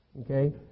okay